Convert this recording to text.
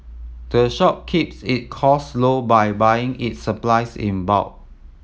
the shop keeps it costs low by buying its supplies in bulk